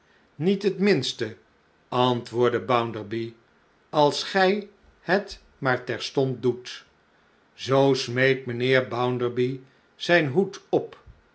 niet het minste antwoordde bounderby als gij het maar terstond doet zoo smeet mijnheer bounderby zijn hoed op